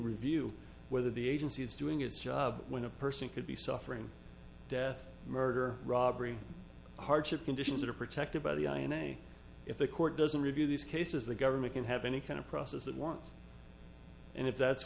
review whether the agency is doing its job when a person could be suffering death murder robbery hardship conditions are protected by the ira if the court doesn't review these cases the government can have any kind of process it wants and if that's